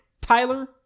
Tyler